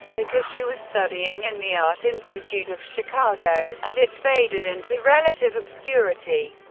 because she was studying in the art institute of chicago, and it faded into relative obscurity,